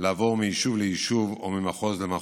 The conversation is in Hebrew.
לעבור מיישוב ליישוב או ממחוז למחוז.